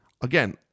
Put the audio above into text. again